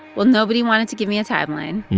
well, nobody wanted to give me a timeline